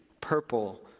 purple